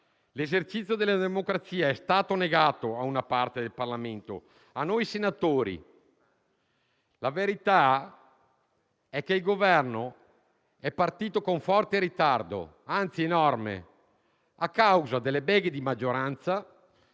L'esercizio della democrazia è stato negato a una parte del Parlamento e di noi senatori. La verità è che il Governo è partito con forte ritardo - anzi, enorme - a causa delle beghe di maggioranza